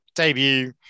debut